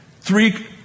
three